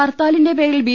ഹർത്താലിന്റെ പേരിൽ ബി